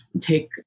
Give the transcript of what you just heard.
take